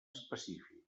específic